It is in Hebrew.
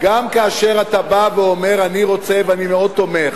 גם כאשר אתה בא ואומר: אני רוצה, ואני מאוד תומך,